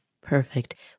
Perfect